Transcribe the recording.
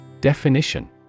Definition